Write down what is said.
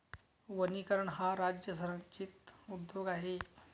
वनीकरण हा राज्य संरक्षित उद्योग आहे